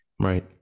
Right